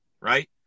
right